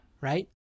right